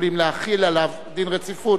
יכולים להחיל עליו דין רציפות.